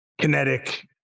kinetic